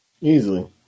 Easily